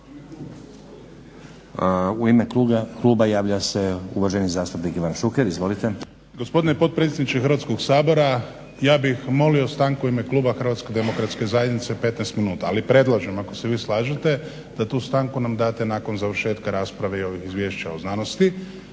U ime kluba javlja se uvaženi zastupnik Ivan Šuker. Izvolite. **Šuker, Ivan (HDZ)** Gospodine potpredsjedniče Hrvatskog sabora, ja bih molio stanku u ime kluba Hrvatske demokratske zajednice 15 minuta. Ali predlažem, ako se vi slažete da tu stanku nam date nakon završetka rasprave i ovih izvješća o znanosti.